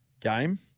game